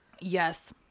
Yes